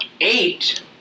eight